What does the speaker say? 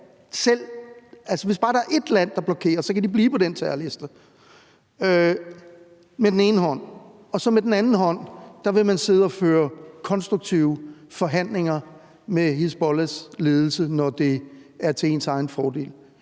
hvis bare der er ét land, der blokerer, kan de blive på den terrorliste. Det gør vi med den ene hånd. Med den anden hånd vil man sidde og føre konstruktive forhandlinger med Hizbollahs ledelse, når det er til ens egen fordel.